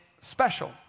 special